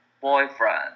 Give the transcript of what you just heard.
boyfriend